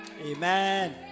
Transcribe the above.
Amen